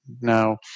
Now